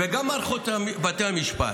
וגם מערכת בתי המשפט,